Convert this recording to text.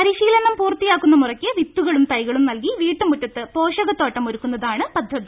പരിശീലനം പൂർത്തിയാകുന്ന മുറയ്ക്ക് വിത്തുകളും തൈകളും നൽകി വീട്ടുമുറ്റത്ത് പോഷക തോട്ടം ഒരുക്കുന്നതാണ് പദ്ധതി